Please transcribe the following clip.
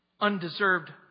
undeserved